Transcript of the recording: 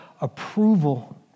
approval